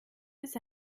bis